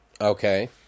okay